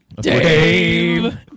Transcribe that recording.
Dave